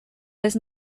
vez